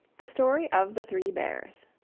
the story of the three bears